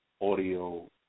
audio